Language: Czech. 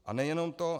A nejenom to.